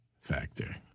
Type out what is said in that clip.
factor